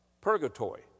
purgatory